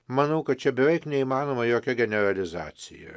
manau kad čia beveik neįmanoma jokia generalizacija